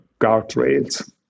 guardrails